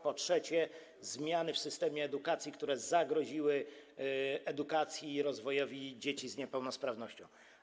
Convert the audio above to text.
Po trzecie, zmiany w systemie edukacji, które zagroziły edukacji i rozwojowi dzieci z niepełnosprawnością.